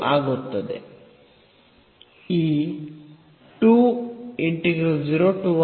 ಆಗುತ್ತದೆ